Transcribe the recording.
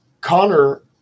Connor